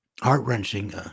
heart-wrenching